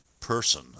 person